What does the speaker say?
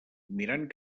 mirant